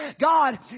God